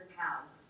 pounds